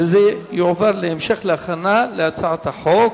וזה יועבר להמשך הכנת הצעת החוק.